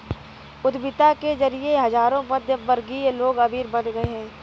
उद्यमिता के जरिए हजारों मध्यमवर्गीय लोग अमीर बन गए